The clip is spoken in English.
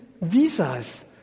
visas